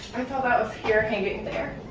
i thought that was hair hanging there.